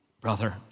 Brother